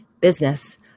business